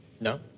No